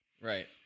right